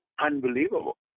unbelievable